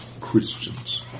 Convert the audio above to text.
Christians